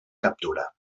captura